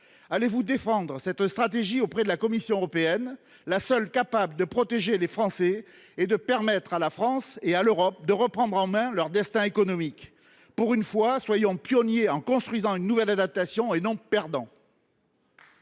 Allez vous défendre cette stratégie auprès de la Commission européenne, seule entité capable de protéger les Français et de permettre à la France et à l’Europe de reprendre en main leur destin économique ? Pour une fois, soyons des pionniers en envisageant une nouvelle adaptation, et ne partons